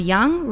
Young